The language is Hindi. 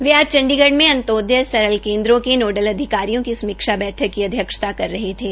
वे आज चंडीगढ़ में अंतयोदय सरल केन्द्रों के नोडल अधिकारियों की समीक्षा बैठक की अध्यक्षता कर रहे थे